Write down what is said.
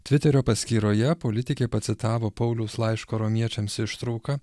tviterio paskyroje politikė pacitavo pauliaus laiško romiečiams ištrauką